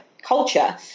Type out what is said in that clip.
culture